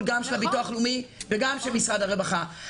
גם של הביטוח הלאומי וגם של משרד הרווחה.